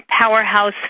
powerhouse